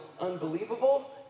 unbelievable